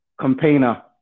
campaigner